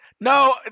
No